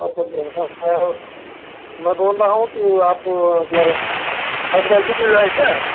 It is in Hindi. और सब बढ़िया है और मैं बोल रहा हूँ कि आप मतलब आपके पास दूध मिल रहा है क्या